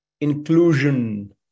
inclusion